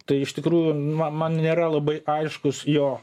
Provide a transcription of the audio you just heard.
tai iš tikrųjų ma man nėra labai aiškus jo